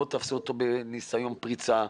לא על ניסיון פריצה,